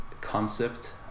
concept